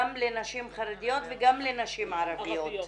גם לנשים חרדיות וגם לנשים ערביות.